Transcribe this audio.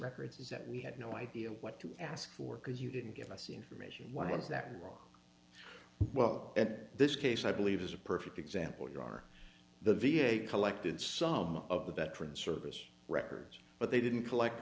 records is that we had no idea what to ask for because you didn't give us the information ones that were wrong well at this case i believe is a perfect example you are the v a collected some of the veteran service records but they didn't collect